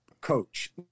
coach